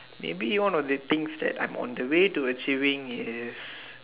maybe one of the thing that I am on the way to achieving is